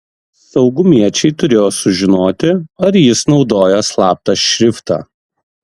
saugumiečiai turėjo sužinoti ar jis naudoja slaptą šriftą